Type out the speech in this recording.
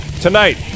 Tonight